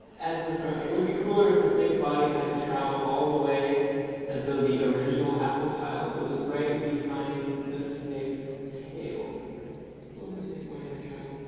add to the front. ok. it would be cooler if the snake's body had to travel all the way until the original apple tile was right behind this snake's tail cool if the snake's body had to travel